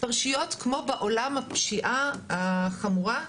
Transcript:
כמו בעולם הפשיעה החמורה.